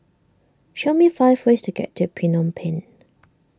show me five ways to get to Phnom Penh